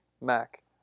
Mac